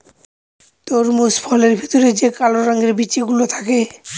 তরমুজ ফলের ভেতরে যে কালো রঙের বিচি গুলো থাকে